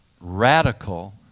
radical